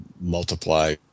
multiply